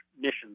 mission